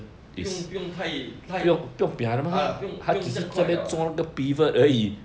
不用不用太太 uh 不用不用这样快 liao ah